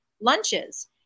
lunches